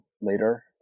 later